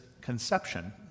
conception